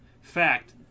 Fact